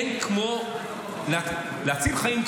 אין כמו להציל חיים,